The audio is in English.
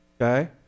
okay